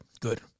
Good